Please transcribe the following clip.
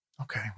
Okay